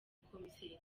komiseri